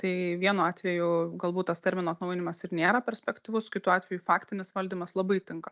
tai vienu atveju galbūt tas termino atnaujinimas ir nėra perspektyvus kitu atveju faktinis valdymas labai tinka